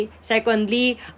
Secondly